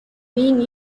being